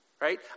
Right